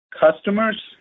customers